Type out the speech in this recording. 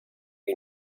you